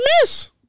miss